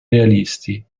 realisti